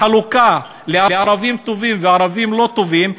החלוקה ל"ערבים טובים" ו"ערבים לא טובים"